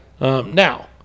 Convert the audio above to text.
Now